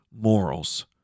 morals